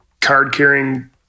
card-carrying